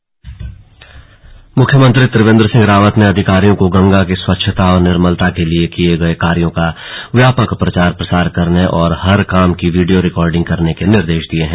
slug CM समीक्षा बैठक मुख्यमंत्री त्रिवेन्द्र सिंह रावत ने अधिकारियों को गंगा की स्वच्छता और निर्मलता के लिए किये गए कार्यों का व्यापक प्रचार प्रसार करने और हर काम की वीडियो रिकॉर्डिंग करने के निर्देश दिये हैं